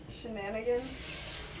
Shenanigans